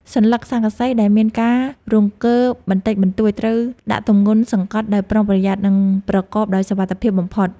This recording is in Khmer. សន្លឹកស័ង្កសីដែលមានការរង្គើបន្តិចបន្តួចត្រូវដាក់ទម្ងន់សង្កត់ដោយប្រុងប្រយ័ត្ន និង ប្រកបដោយសុវត្ថិភាពបំផុត។